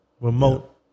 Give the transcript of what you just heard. remote